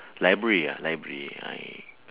library ah library I